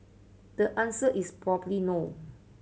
the answer is probably no